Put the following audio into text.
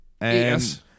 Yes